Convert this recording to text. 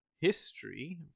history